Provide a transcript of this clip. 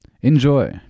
Enjoy